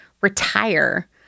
retire